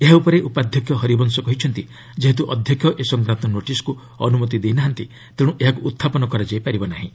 ଏହାଉପରେ ଉପାଧ୍ୟକ୍ଷ ହରିବଂସ କହିଛନ୍ତି ଯେହେତୁ ଅଧ୍ୟକ୍ଷ ଏ ସଂକ୍ରାନ୍ତ ନୋଟିସ୍କୁ ଅନୁମତି ଦେଇ ନାହାନ୍ତି ତେଣୁ ଏହାକୁ ଉତ୍ଥାପନ କରାଯାଇପାରିବ ନାହିଁ